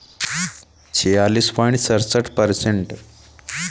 DAP का अनुपात क्या होता है?